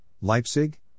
Leipzig